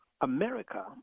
America